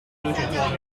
institute